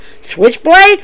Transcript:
Switchblade